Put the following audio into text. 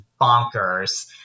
bonkers